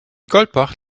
goldbach